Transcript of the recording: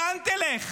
לאן תלך?